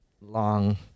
long